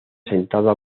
sentada